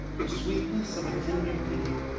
the sweetness of a tender pity,